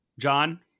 John